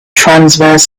transverse